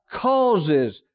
causes